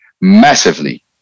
massively